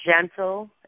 gentle